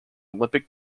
olympic